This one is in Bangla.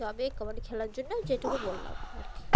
তো আমি কাবাডি খেলার জন্য যেটুকু বললাম আর কি